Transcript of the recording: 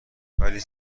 ولی